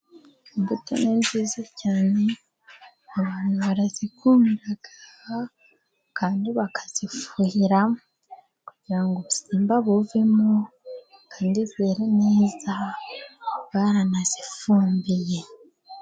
Imbuto nziza cyane, abantu barazikunda. Kandi bakazifuhira kugira ngo ubusimba buvemo, kandi zere neza baranazifumbiye.